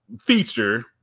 feature